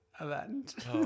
event